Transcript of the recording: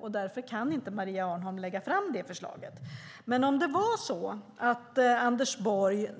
Och därför kan inte Maria Arnholm lägga fram det förslaget. Anders Borg